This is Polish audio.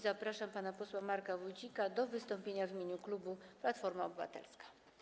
Zapraszam pana posła Marka Wójcika do wystąpienia w imieniu klubu Platforma Obywatelska.